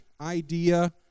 idea